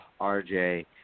RJ –